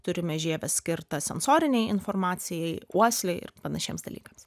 turime žievę skirtą sensorinei informacijai uoslei ir panašiems dalykams